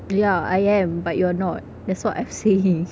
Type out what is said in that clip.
ya I am but you're not that's what I'm saying